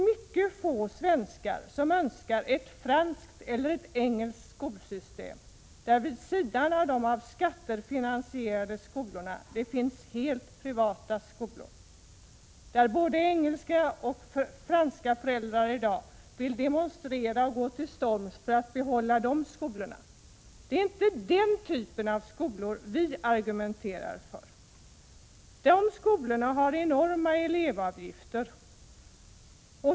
Mycket få svenskar önskar ett franskt eller engelskt skolsystem, där man vid sidan av de skattefinansierade skolorna har helt privata skolor. Både engelska och franska föräldrar vill i dag demonstrera och gå till storms för att behålla dessa skolor. Men vi argumenterar inte för den typen av skolor. De skolorna har enorma elevavgifter.